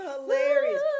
hilarious